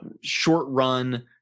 short-run